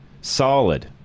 solid